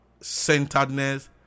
centeredness